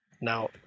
Now